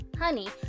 honey